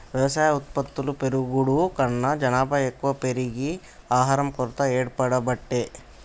వ్యవసాయ ఉత్పత్తులు పెరుగుడు కన్నా జనాభా ఎక్కువ పెరిగి ఆహారం కొరత ఏర్పడబట్టే